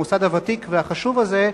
המוסד הוותיק והחשוב הזה,